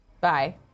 Bye